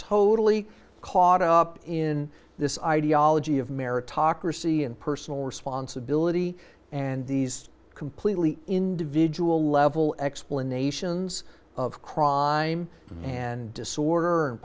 totally caught up in this ideology of meritocracy and personal responsibility and these completely individual level explanations of crime and disorder and